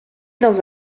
dans